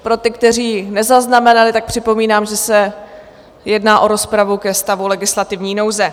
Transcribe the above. Pro ty, kteří nezaznamenali, připomínám, že se jedná o rozpravu ke stavu legislativní nouze.